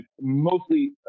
mostly